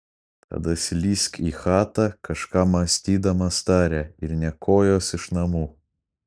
tada slysk į chatą kažką mąstydamas tarė ir nė kojos iš namų